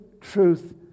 truth